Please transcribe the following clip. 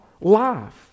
life